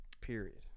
period